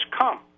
come